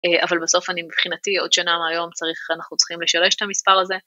אבל בסוף אני, מבחינתי, עוד שנה מהיום צריך, אנחנו צריכים לשלוש את המספר הזה.